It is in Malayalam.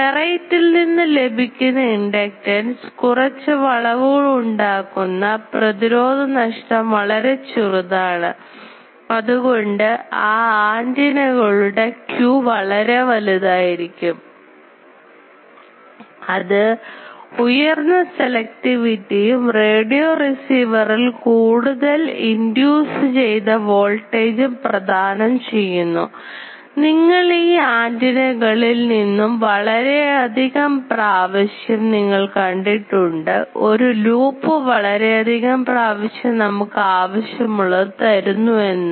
ഫെറൈറ്റ് ഇൽ നിന്ന് ലഭിക്കുന്ന ഇൻഡക്റ്റൻസ് കുറച്ച് വളവുകൾ ഉണ്ടാകുന്ന പ്രതിരോധ നഷ്ടംവളരെ ചെറുതാണ് അതുകൊണ്ട് ആ ആൻറിന കളുടെ Q വളരെ വലുതായിരിക്കും അത് ഉയർന്ന സെലക്റ്റിവിറ്റിയും റേഡിയോ റിസീവറിൽ കൂടുതൽ ഇൻഡ്യൂസുചെയ്ത വോൾട്ടേജും പ്രധാനം ചെയ്യുന്നു നിങ്ങളീ ആൻറിന കളിൽ നിന്നും കൂടാതെ വളരെ അധികം പ്രാവശ്യം നിങ്ങൾ കണ്ടിട്ടുണ്ട് ഒരു ലൂപ്പ് വളരെയധികം പ്രാവശ്യം നമുക്ക് ആവശ്യമുള്ള തരുന്നു എന്ന്